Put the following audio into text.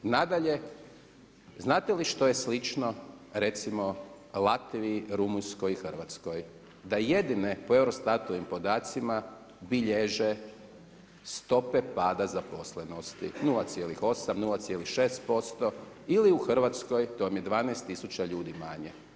Nadalje, znate li što je slično recimo Latviji, Rumunjskoj i Hrvatskoj da jedine po Eurostatovim podacima bilježe stope pada zaposlenosti, 0,8, 0,6% ili u Hrvatskoj to vam je 12 tisuća ljudi manje.